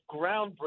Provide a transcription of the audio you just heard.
groundbreaking